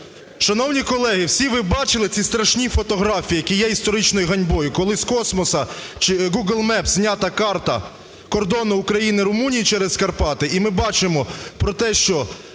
Шановні колеги, всі ви бачили ці страшні фотографії, які є історичною ганьбою, коли з космосу чи Google Map знята карта кордону України-Румунії через Карпати, і ми бачимо про те, що